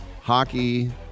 hockey